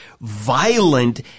violent